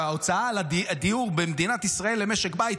שההוצאה על דיור במדינת ישראל למשק בית